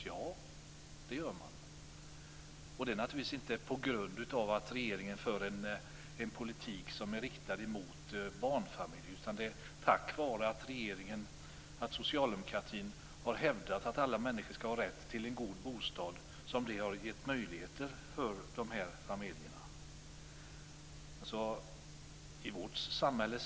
Ja, det gör de. Det är naturligtvis inte på grund av att regeringen för en politik som är riktad till barnfamiljerna, utan det är tack vare att socialdemokratin har hävdat att alla människor skall ha rätt till en god bostad. Det är det som har gett de här familjerna den möjligheten.